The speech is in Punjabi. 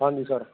ਹਾਂਜੀ ਸਰ